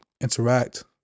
interact